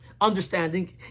understanding